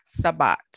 Sabat